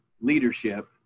leadership